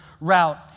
route